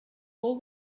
all